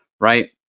right